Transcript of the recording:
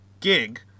gig